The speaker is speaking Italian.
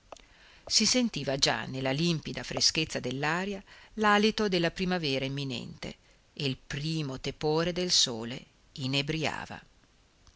si sentiva già nella limpida freschezza dell'aria l'alito della primavera imminente e il primo tepore del sole inebriava